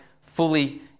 fully